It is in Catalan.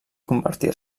convertir